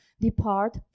depart